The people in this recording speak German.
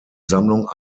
sammlung